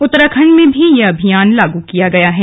उत्तराखण्ड में भी यह अभियान लागू किया गया है